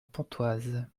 pontoise